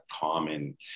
common